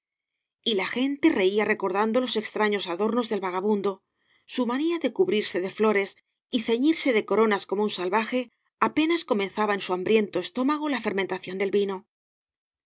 y la gente reía recordando los extraños adornos del vagabundo su mania de cu brirse de flores y ceñirse coronas como un salvaje apenas comenzaba en su hambriento estómago la fermentación del vino